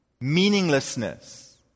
meaninglessness